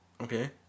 Okay